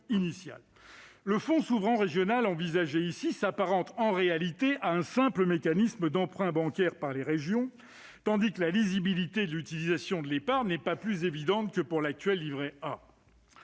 le fonds souverain régional envisagé s'apparente, en réalité, à un simple mécanisme d'emprunt bancaire ouvert aux régions, tandis que la lisibilité de l'utilisation de l'épargne n'est pas plus évidente que pour l'actuel livret A.